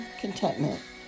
Contentment